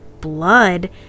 blood